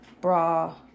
bra